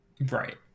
Right